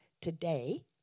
today